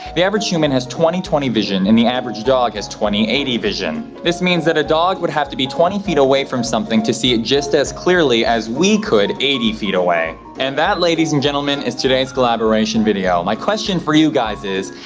the average human has twenty twenty vision, and the average dog has twenty eighty vision. this means that a dog would have to be twenty ft away from something to see it just as clearly as we could eighty ft away. and that, ladies and gentlemen, is today's collaboration video. my question for you guys is,